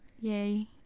Yay